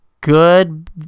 good